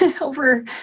over